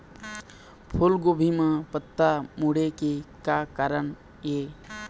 फूलगोभी म पत्ता मुड़े के का कारण ये?